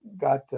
got